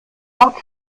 macht